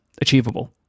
achievable